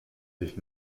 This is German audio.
sich